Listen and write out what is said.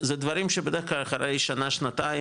זה דברים שבדרך כלל אחרי שנה-שנתיים,